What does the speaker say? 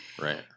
Right